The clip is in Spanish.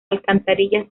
alcantarillas